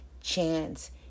chance